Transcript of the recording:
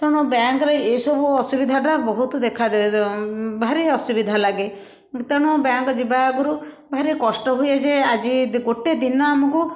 ତେଣୁ ବ୍ୟାଙ୍କରେ ଏଇସବୁ ଅସୁବିଧାଟା ବହୁତ ଦେଖା ଭାରି ଅସୁବିଧା ଲାଗେ ତେଣୁ ବ୍ୟାଙ୍କ ଯିବା ଆଗରୁ ଭାରି କଷ୍ଟ ହୁଏ ଯେ ଆଜି ଦୁଇ ଗୋଟେ ଦିନ ଆମକୁ